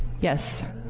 yes